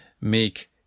make